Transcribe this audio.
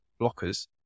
blockers